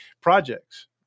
projects